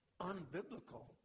unbiblical